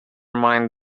mind